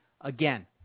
Again